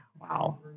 Wow